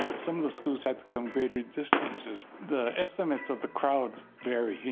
some of the schools had come greater distances. the estimates of the crowd vary, you